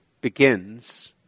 begins